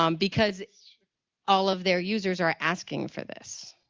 um because all of their users are asking for this.